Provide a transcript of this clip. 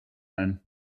ein